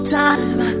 time